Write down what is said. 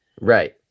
Right